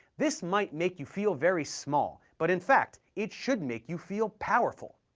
this might make you feel very small, but in fact, it should make you feel powerful.